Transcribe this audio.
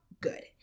good